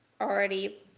already